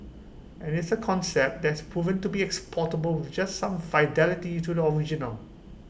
and it's A concept that has proven to be exportable with just some fidelity to the original